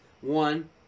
One